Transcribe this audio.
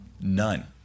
None